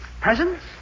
Presents